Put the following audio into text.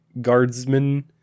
Guardsmen